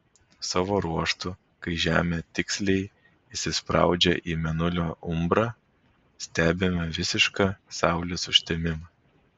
savo ruožtu kai žemė tiksliai įsispraudžia į mėnulio umbrą stebime visišką saulės užtemimą